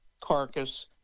carcass